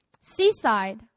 Seaside